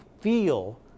feel